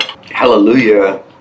Hallelujah